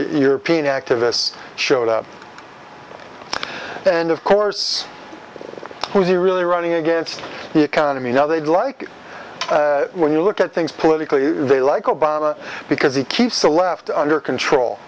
european activists showed up and of course who's really running against the economy now they'd like when you look at things politically they like obama because he keeps the left under control